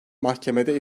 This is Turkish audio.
mahkemede